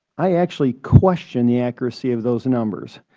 i actually question the accuracy of those numbers,